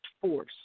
force